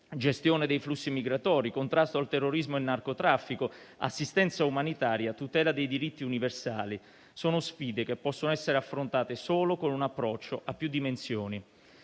gestione dei flussi migratori, contrasto al terrorismo e narcotraffico, assistenza umanitaria e tutela dei diritti universali, sono sfide che possono essere affrontate solo con un approccio a più dimensioni.